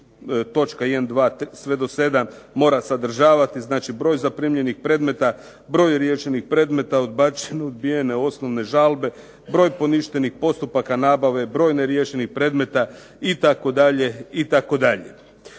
do 7. mora sadržavati. Znači, broj zaprimljenih predmeta, broj riješenih predmeta, odbačene, odbijene osnovne žalbe, broj poništenih postupaka nabave, broj neriješenih predmeta itd. Ono